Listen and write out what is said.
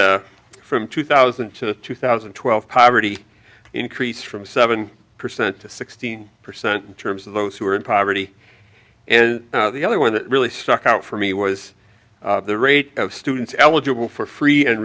that from two thousand to two thousand and twelve poverty increased from seven percent to sixteen percent in terms of those who are in poverty and the other one that really stuck out for me was the rate of students eligible for free and